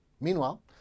Meanwhile